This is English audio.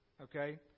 okay